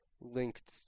linked